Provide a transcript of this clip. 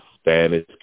Spanish